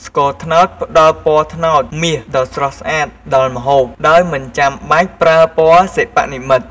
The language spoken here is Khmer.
ស្ករត្នោតផ្តល់ពណ៌ត្នោតមាសដ៏ស្រស់ស្អាតដល់ម្ហូប ដោយមិនចាំបាច់ប្រើពណ៌សិប្បនិម្មិត។